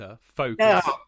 Focus